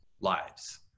lives